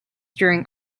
during